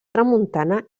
tramuntana